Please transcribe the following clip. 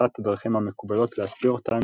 שאחת הדרכים המקובלות להסביר אותן,